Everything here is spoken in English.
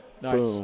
Nice